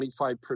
25%